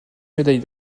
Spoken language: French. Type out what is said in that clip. médaille